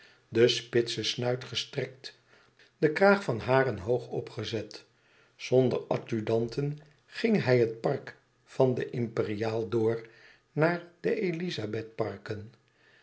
den spitsen snuit gestrekt den kraag van haren hoog opgezet zonder adjudanten ging hij het park van het imperiaal door naar de